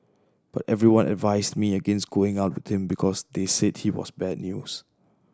but everyone advised me against going out with him because they said he was bad news